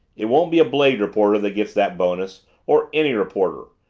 it won't be a blade reporter that gets that bonus or any reporter.